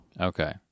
Okay